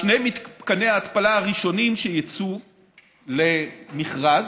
שני מתקני ההתפלה הראשונים שייצאו למכרז,